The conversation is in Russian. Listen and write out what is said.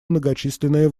многочисленные